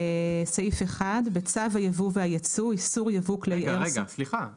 סעיף 1 "בצו היבוא והיצוא (איסור יבוא כלי איירסופט)" --- תקראי